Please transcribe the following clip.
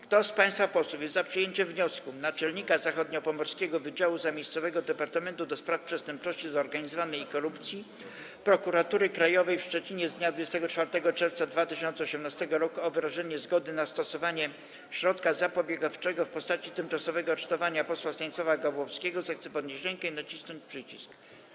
Kto z państwa posłów jest za przyjęciem wniosku Naczelnika Zachodniopomorskiego Wydziału Zamiejscowego Departamentu do Spraw Przestępczości Zorganizowanej i Korupcji Prokuratury Krajowej w Szczecinie z dnia 24 czerwca 2018 r. o wyrażenie zgody na stosowanie środka zapobiegawczego w postaci tymczasowego aresztowania posła Stanisława Gawłowskiego, zechce podnieść rękę i nacisnąć przycisk.